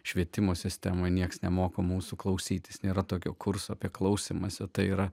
švietimo sistema niekas nemoko mūsų klausytis nėra tokio kurso apie klausymąsi tai yra